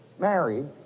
married